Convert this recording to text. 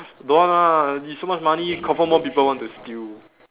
don't want lah he so much money confirm more people want to steal